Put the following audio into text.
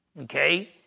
Okay